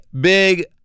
big